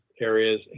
areas